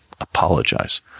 apologize